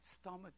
stomach